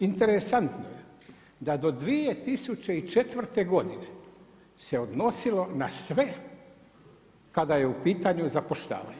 Interesantno je da do 2004. godine se odnosilo na sve kada je u pitanju zapošljavanje.